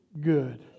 good